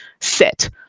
sit